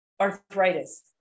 arthritis